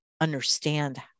understand